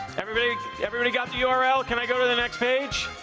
everybody everybody got the ah url? can i go to the next page?